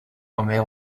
homer